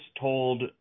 told